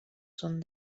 són